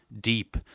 deep